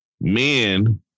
Men